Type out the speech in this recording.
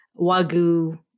Wagyu